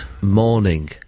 morning